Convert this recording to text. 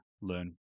learn